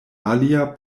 alia